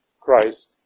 Christ